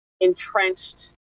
entrenched